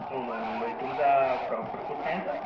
मुंबई मुंबई तुमचा प्रॉपर कुठून आहे सर